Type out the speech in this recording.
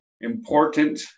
important